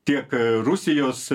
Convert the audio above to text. tiek rusijos